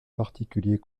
particuliers